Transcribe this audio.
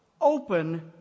open